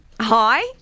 Hi